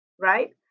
right